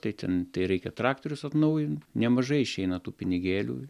tai ten tai reikia traktorius atnaujint nemažai išeina tų pinigėlių